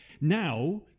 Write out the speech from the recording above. Now